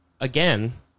Again